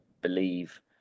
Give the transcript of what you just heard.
believe